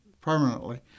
permanently